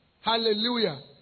Hallelujah